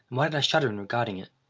why did i shudder in regarding it?